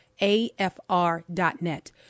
AFR.net